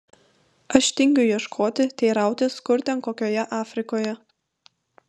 aš tingiu ieškoti teirautis kur ten kokioje afrikoje